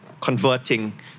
converting